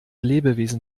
lebewesen